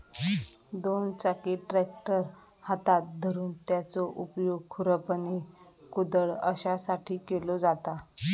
दोन चाकी ट्रॅक्टर हातात धरून त्याचो उपयोग खुरपणी, कुदळ अश्यासाठी केलो जाता